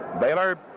Baylor